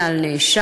אלא על נאשם,